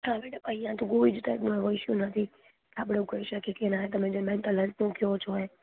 હા મેડમ અહીંયા તો કોઈ જ ટાઈમનું એવો ઈસ્યુ નથી આપણો કહી શકીએ કે ના તમે મેન્ટલ હેલ્થનું કહો છો એ